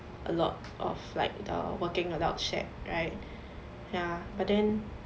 a lot of like the working adult shag right ya but then